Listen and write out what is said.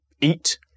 eat